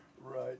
Right